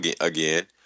again